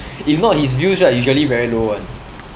if not his views right usually very low [one]